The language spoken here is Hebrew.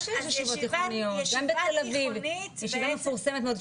ישיבה מפורסמת מאוד,